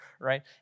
right